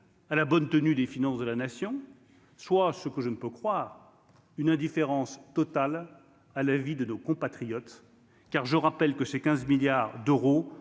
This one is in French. à la bonne tenue des finances de la nation. Soit ce que je ne peux croire une indifférence totale à la vie de nos compatriotes, car je rappelle que c'est 15 milliards d'euros